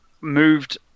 moved